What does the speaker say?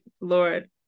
Lord